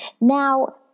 Now